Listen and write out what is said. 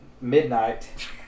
midnight